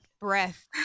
Breath